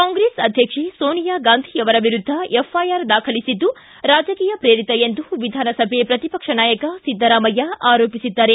ಕಾಂಗ್ರೆಸ್ ಅಧ್ಟಕ್ಷೆ ಸೋನಿಯಾ ಗಾಂಧಿಯವರ ವಿರುದ್ದ ಎಫ್ಐಆರ್ ದಾಖಲಿಸಿದ್ದು ರಾಜಕೀಯ ಪ್ರೇರಿತ ಎಂದು ವಿಧಾನಸಭೆ ಪ್ರತಿಪಕ್ಷ ನಾಯಕ ಸಿದ್ದರಾಮಯ್ಯ ಆರೋಪಿಸಿದ್ದಾರೆ